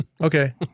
Okay